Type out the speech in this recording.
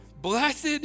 blessed